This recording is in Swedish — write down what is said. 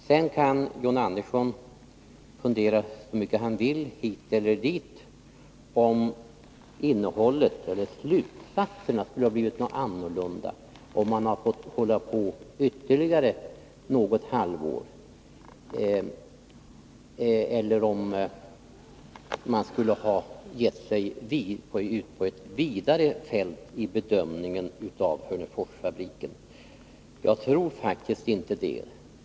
John Andersson kan fundera så mycket han vill hit eller dit över om slutsatserna skulle ha blivit annorlunda, om man hade fått hålla på ytterligare något halvår, eller om man skulle ha gett sig ut på ett vidare fält i bedömningen av Hörneforsfabriken. Jag tror faktiskt inte det.